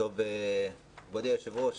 כבוד היושב-ראש,